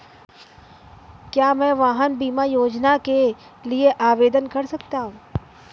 क्या मैं वाहन बीमा योजना के लिए आवेदन कर सकता हूँ?